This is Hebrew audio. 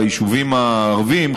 ביישובים הערביים,